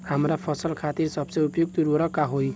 हमार फसल खातिर सबसे उपयुक्त उर्वरक का होई?